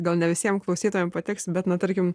gal ne visiem klausytojam patiks bet na tarkim